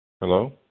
Hello